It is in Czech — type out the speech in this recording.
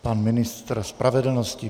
Pan ministr spravedlnosti.